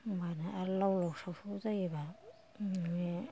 आरो लाव लाव साव साव जायोबा